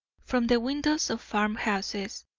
from the windows of farmhouses,